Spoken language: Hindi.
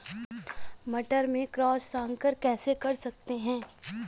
मटर में क्रॉस संकर कैसे कर सकते हैं?